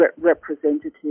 representative